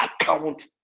account